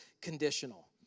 conditional